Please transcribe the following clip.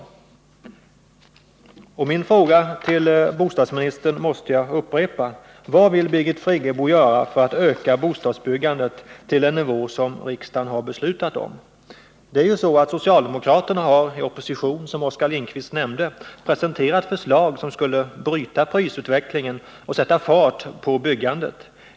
Jag måste därför upprepa min fråga till bostadsministern: Vad vill Birgit Friggebo göra för att öka bostadsbyggandet till den nivå som riksdagen har föreslagit? Som Oskar Lindkvist nämnde har socialdemokraterna i opposition presenterat förslag som skulle bryta prisutvecklingen och sätta fart på byggandet.